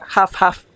Half-half